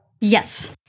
Yes